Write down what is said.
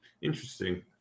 interesting